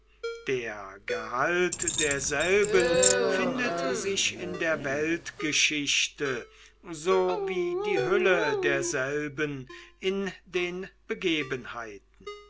der gehalt derselben findet sich in der weltgeschichte so wie die hülle derselben in den begebenheiten